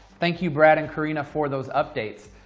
thank you brad and karina for those updates.